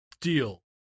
deal